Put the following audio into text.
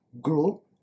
grow